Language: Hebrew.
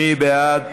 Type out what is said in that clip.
מי בעד?